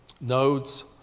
nodes